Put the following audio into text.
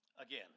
Again